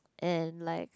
and then like